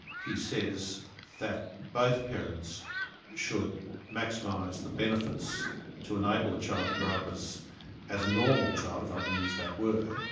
he says that both parents should maximise the benefits to enable the child to grow up as a normal child, if i can use that word,